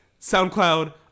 SoundCloud